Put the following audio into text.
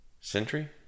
Sentry